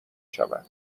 شود